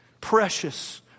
precious